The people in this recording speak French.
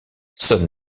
sonne